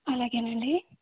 అలాగేనండి